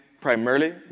primarily